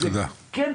זה יכאיב לכמה כאן,